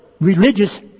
religious